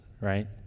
right